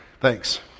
Thanks